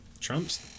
Trump's